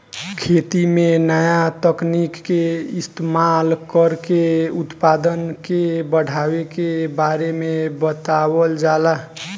खेती में नया तकनीक के इस्तमाल कर के उत्पदान के बढ़ावे के बारे में बतावल जाता